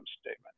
statement